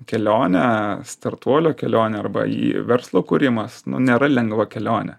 kelionę startuolio kelionę arba į verslo kūrimas nėra lengva kelionė